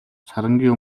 сарангийн